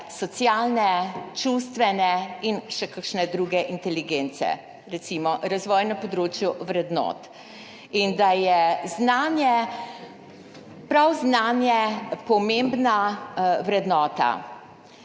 socialne, čustvene in še kakšne druge inteligence, recimo razvoj na področju vrednot, in da je prav znanje pomembna vrednota.